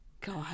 God